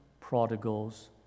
prodigals